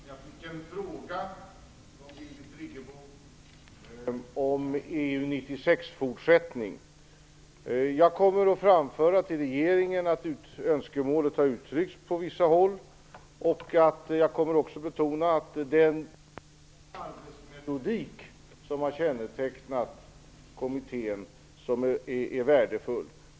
Herr talman! Jag fick en fråga av Birgit Friggebo om EU 96-fortsättningen. Jag kommer att framföra till regeringen det önskemål som här uttryckts på vissa håll. Jag kommer också att betona att den arbetsmetodik som kännetecknat kommittén är värdefull.